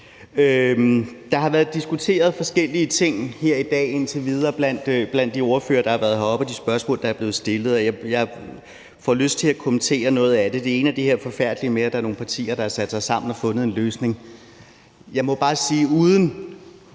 Der har været diskuteret forskellige ting her i dag indtil videre blandt de ordførere, der har været oppe på talerstolen, og i de spørgsmål, der er blevet stillet, og jeg får lyst til at kommentere noget af det. Det ene er det der forfærdelige noget med, at der er nogle partier, der har sat sig sammen og har fundet en løsning. Jeg må bare sige, uden